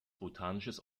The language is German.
botanisches